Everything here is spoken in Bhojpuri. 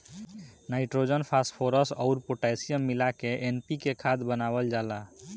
नाइट्रोजन, फॉस्फोरस अउर पोटैशियम मिला के एन.पी.के खाद बनावल जाला